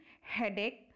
headache